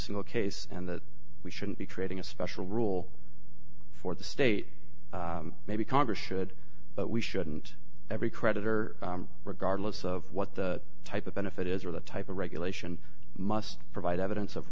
single case and that we shouldn't be creating a special rule for the state maybe congress should but we shouldn't every creditor regardless of what the type of benefit is or the type of regulation must provide evidence of